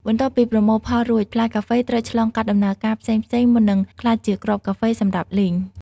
បន្ទាប់ពីប្រមូលផលរួច ផ្លែកាហ្វេត្រូវឆ្លងកាត់ដំណើរការផ្សេងៗមុននឹងក្លាយជាគ្រាប់កាហ្វេសម្រាប់លីង។